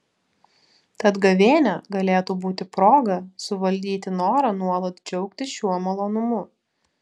tad gavėnia galėtų būti proga suvaldyti norą nuolat džiaugtis šiuo malonumu